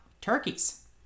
turkeys